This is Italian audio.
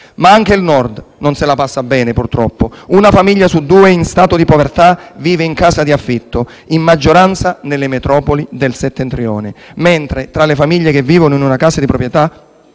Ma anche il Nord non se la passa bene, purtroppo. Una famiglia su due in stato di povertà vive in casa di affitto, in maggioranza nelle metropoli dell'Italia settentrionale. Mentre tra le famiglie che vivono in una casa di proprietà